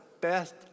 best